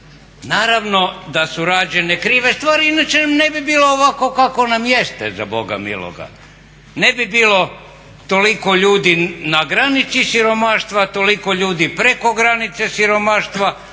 naravno da su rađene krive stvari inače nam ne bi bilo ovako kako nam jeste za Boga miloga. Ne bi bilo toliko ljudi na granici siromaštva, toliko ljudi preko granice siromaštva